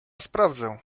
sprawdzę